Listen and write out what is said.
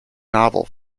novel